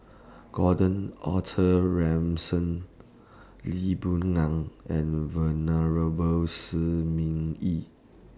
Gordon Arthur Ransome Lee Boon Ngan and Venerable Shi Ming Yi